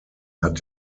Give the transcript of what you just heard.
hat